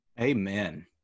Amen